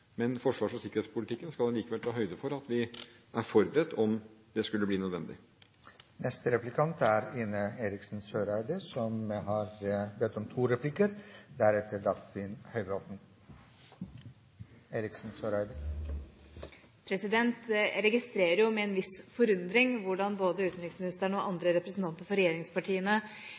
Men det er ikke slik at Norge i dag peker ut nasjoner som vi anser at det er i fare for å komme i den type konflikt med. Forsvars- og sikkerhetspolitikken skal allikevel ta høyde for det, slik at vi er forberedt om det skulle bli nødvendig. Jeg registrerer med en viss forundring hvordan både utenriksministeren og andre representanter for regjeringspartiene